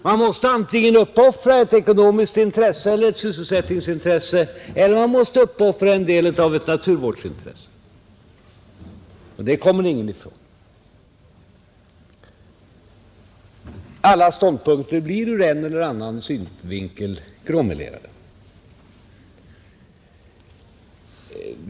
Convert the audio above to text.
Man måste antingen uppoffra ett ekonomiskt intresse eller ett sysselsättningsintresse eller man måste uppoffra en del av ett naturvårdsintresse. Det kommer ingen ifrån. Alla ståndpunkter blir ur en eller annan synvinkel gråmelerade.